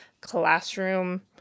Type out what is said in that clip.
classroom